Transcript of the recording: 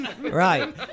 right